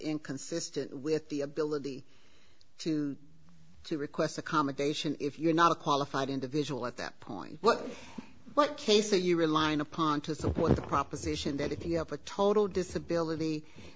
inconsistent with the ability to request accommodation if you're not a qualified individual at that point but case that you're relying upon to see what the proposition that if you have a total disability